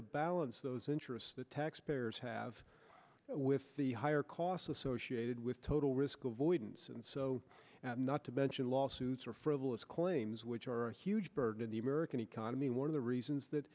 to balance those interests the taxpayers have with the higher costs associated with total risk avoidance and so not to mention lawsuits or frivolous claims which are a huge burden in the american economy one of the reasons that